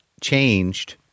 changed